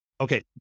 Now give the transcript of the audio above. okay